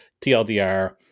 tldr